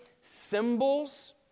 symbols